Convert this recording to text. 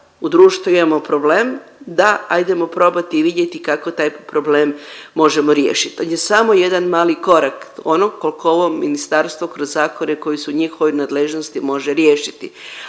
u društvu imamo problem, da ajdemo probati vidjeti kako taj problem možemo riješiti … samo jedan mali korak onog kolko ovo ministarstvo kroz zakone koji su u njihovoj nadležnosti može riješiti.